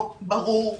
לא ברור,